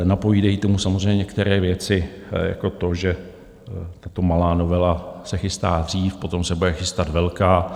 Napovídají tomu samozřejmě některé věci jako to, že tato malá novela se chystá dřív, potom se bude chystat velká.